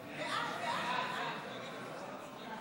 להעביר את הצעת חוק התקשורת (בזק ושידורים) (תיקון,